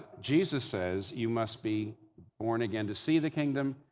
jesus says, you must be born again to see the kingdom.